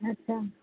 আচ্ছা